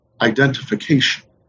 identification